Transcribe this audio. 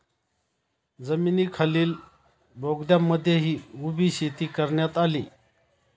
जमिनीखालील बोगद्यांमध्येही उभी शेती करण्यात आली